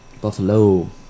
Buffalo